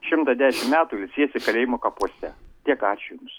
šimtą dešimt metų ilsiesi kalėjimo kapuose tiek ačiū jums